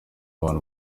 abantu